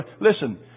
Listen